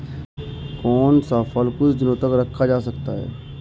कौन सा फल कुछ दिनों तक रखा जा सकता है?